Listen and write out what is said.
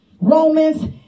Romans